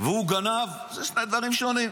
והוא גנב, אלה שני דברים שונים.